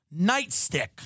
nightstick